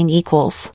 equals